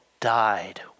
died